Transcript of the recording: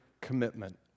commitment